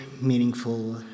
meaningful